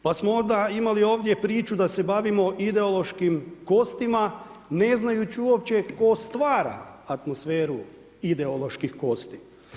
Pa smo onda imali ovdje priču da se bavimo ideološkim kostima, ne znajući uopće tko stvara atmosferu ideoloških kosti.